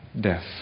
death